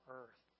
earth